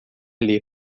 lhe